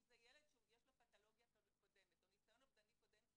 אם זה ילד שיש לו פתולוגיה קודמת או ניסיון אובדני קודם,